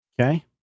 Okay